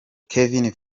kevin